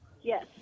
Yes